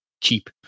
cheap